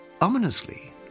ominously